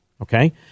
okay